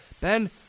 Ben